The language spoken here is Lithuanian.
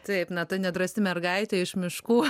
taip na ta nedrąsi mergaitė iš miškų